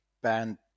ban